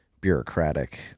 bureaucratic